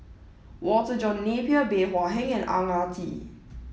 Walter John Napier Bey Hua Heng and Ang Ah Tee